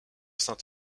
saint